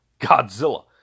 Godzilla